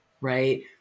right